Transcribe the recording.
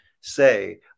say